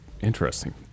Interesting